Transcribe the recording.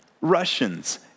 Russians